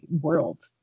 world